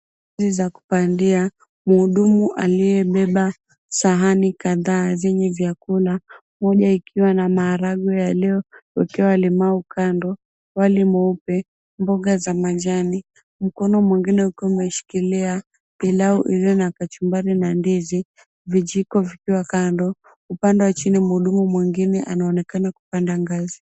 ... za kupandia. Mhudumu aliyebeba sahani kadhaa zenye vyakula, moja ikiwa na maharage ya leo, ukiwa limau kando. Wale mweupe, mboga za majani. Mkono mwingine ukiwa umeshikilia pilau iliyo na kachumbari na ndizi, vijiko vikiwa kando. Upande wa chini mhudumu mwingine anaonekana kupanda ngazi.